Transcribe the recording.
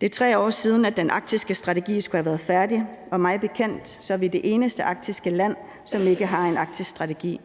Det er 3 år siden, at den arktiske strategi skulle være færdig, og mig bekendt er vi det eneste arktiske land, som ikke har en arktisk strategi.